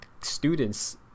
students